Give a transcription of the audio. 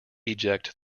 eject